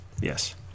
Yes